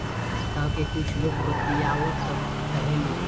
गाँव के कुछ लोग बतियावत रहेलो